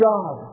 God